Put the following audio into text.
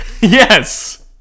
yes